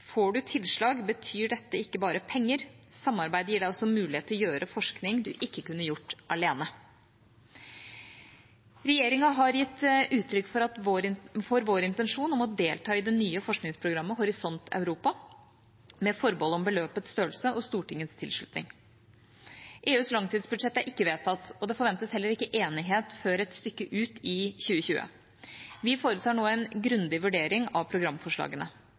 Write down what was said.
Får du tilslag, betyr dette ikke bare penger. Samarbeidet gir deg også mulighet til å gjøre forskning du ikke kunne gjort alene.» Regjeringa har gitt uttrykk for intensjonen om å delta i det nye forskningsprogrammet Horisont Europa, med forbehold om beløpets størrelse og Stortingets tilslutning. EUs langtidsbudsjett er ikke vedtatt, og det forventes heller ikke enighet før et stykke ut i 2020. Vi foretar nå en grundig vurdering av programforslagene.